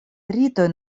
ritoj